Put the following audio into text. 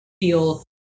feel